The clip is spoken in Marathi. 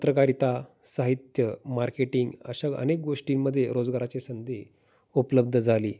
चित्रकारिता साहित्य मार्केटिंग अशा अनेक गोष्टींमध्ये रोजगाराची संधी उपलब्ध झाली